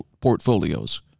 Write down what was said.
portfolios